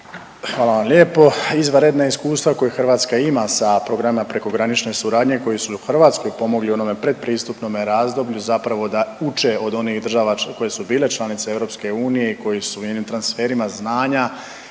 Hvala vam lijepo. Izvanredna iskustva koja Hrvatska ima sa programima prekogranične suradnje koji su i Hrvatskoj pomogli u onom pretpristupnome razdoblju zapravo da uče od onih država koje su bile članice EU i koje su jednim transferima znanja